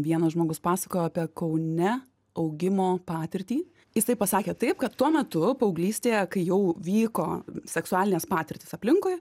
vienas žmogus pasakojo apie kaune augimo patirtį jisai pasakė taip kad tuo metu paauglystėje kai jau vyko seksualinės patirtys aplinkui